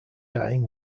dying